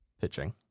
pitching